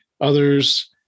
Others